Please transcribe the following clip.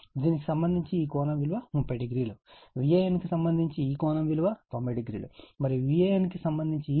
దీనికి సంబంధించి ఈ కోణం విలువ 30o Van కు సంబంధించి ఈ కోణం విలువ 90o మరియు Van కు సంబంధించి ఈ కోణం విలువ 210o